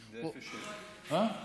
כן.